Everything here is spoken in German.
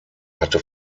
hatte